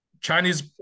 Chinese